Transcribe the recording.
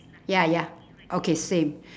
ya ya okay same